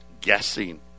guessing